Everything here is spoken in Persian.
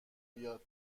بیاد